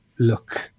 look